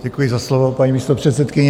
Děkuji za slovo, paní místopředsedkyně.